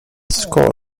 score